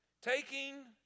Taking